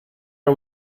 are